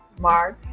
March